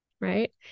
right